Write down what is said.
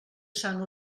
sant